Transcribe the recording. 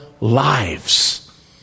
lives